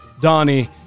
Donnie